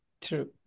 True